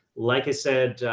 like i said,